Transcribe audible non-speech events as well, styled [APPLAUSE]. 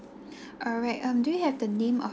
[BREATH] alright um do you have the name of